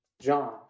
John